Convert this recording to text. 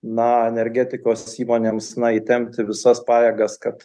na energetikos įmonėms na įtempti visas pajėgas kad